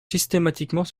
systématiquement